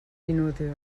inútil